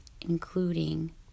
including